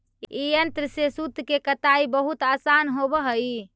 ई यन्त्र से सूत के कताई बहुत आसान होवऽ हई